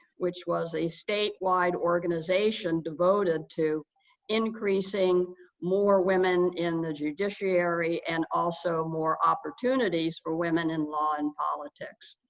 which was a statewide organization devoted to increasing more women in the judiciary and also more opportunities for women in law and politics.